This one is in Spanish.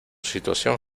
situación